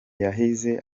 yahize